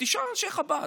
תשאל אנשי חב"ד,